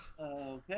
Okay